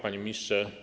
Panie Ministrze!